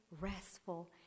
restful